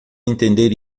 entender